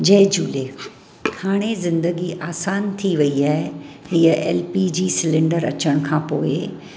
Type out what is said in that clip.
जय झूले हाणे ज़िंदगी आसानु थी वई आहे हीअ एल पी जी सिलेंडर अचनि खां पोइ